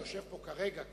שנמצאים פה כרגע,